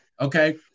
Okay